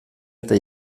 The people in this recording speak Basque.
eta